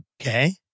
Okay